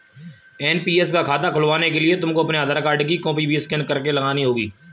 NPS का खाता खुलवाने के लिए तुमको अपने आधार कार्ड की कॉपी भी स्कैन करके लगानी होगी